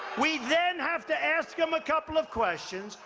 we then have to ask them a couple of questions.